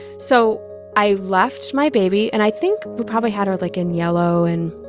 so i left my baby. and i think we probably had her, like, in yellow and